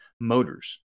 Motors